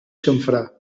xamfrà